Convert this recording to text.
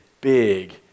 big